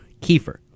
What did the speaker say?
Kefir